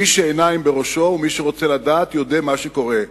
מי שעיניו בראשו ומי שרוצה לדעת, יודע מה קורה.